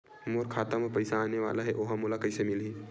मोर खाता म पईसा आने वाला हे ओहा मोला कइसे मिलही?